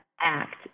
act